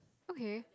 okay